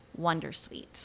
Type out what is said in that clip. Wondersuite